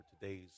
Today's